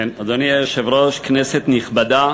אדוני היושב-ראש, כנסת נכבדה,